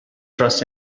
trust